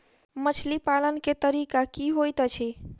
मछली पालन केँ तरीका की होइत अछि?